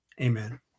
Amen